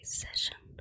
session